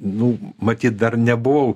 nu matyt dar nebuvau